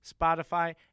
Spotify